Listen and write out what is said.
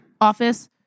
Office